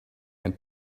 and